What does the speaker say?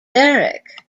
eric